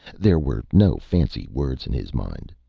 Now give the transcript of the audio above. there were no fancy words in his mind.